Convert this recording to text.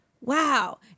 wow